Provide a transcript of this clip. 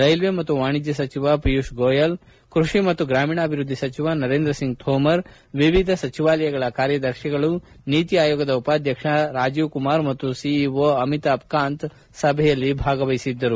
railway ಮತ್ತು ವಾಣಿಜ್ಯ ಸಚಿವ ಪೀಯೂಷ್ ಗೋಯೆಲ್ ಕೃಷಿ ಮತ್ತು ಗ್ರಾಮೀಣಾಭಿವೃದ್ಧಿ ಸಚಿವ ನರೇಂದ್ರ ಸಿಂಗ್ ಥೋಮರ್ ವಿವಿಧ ಸಚಿವಾಲಯಗಳ ಕಾರ್ಯದರ್ತಿಗಳು ನೀತಿ ಆಯೋಗದ ಉಪಾಧ್ಯಕ್ಷ ರಾಜೀವ್ ಕುಮಾರ್ ಮತ್ತು ಸಿಇಓ ಅಮಿತಾಬ್ ಕಾಂತ್ ಸಭೆಯಲ್ಲಿ ಭಾಗಿಯಾಗಿದ್ದರು